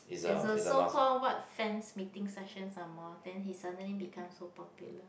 is a so call what fans meeting session some more then he suddenly become so popular